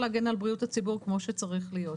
להגן על בריאות הציבור כמו שצריך להיות.